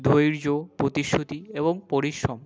ধৈর্য প্রতিশ্রুতি এবং পরিশ্রম